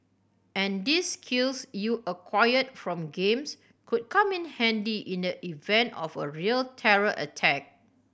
and these skills you acquired from games could come in handy in the event of a real terror attack